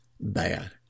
bad